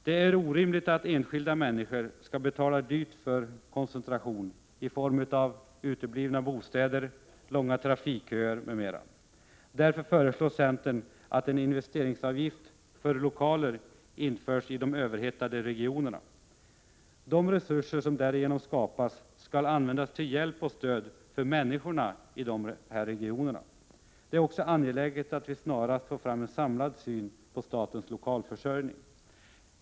Det är orimligt att enskilda människor skall betala dyrt för koncentrationen i form av bostadsbrist, långa trafikköer osv. Därför föreslår centern att en investeringsavgift för lokaler införs i de överhettade regionerna. De resurser som därigenom skapas skall användas till hjälp och stöd för människorna i dessa regioner. Det är också angeläget att vi snarast får fram en samlad syn på statens lokalförsörjning.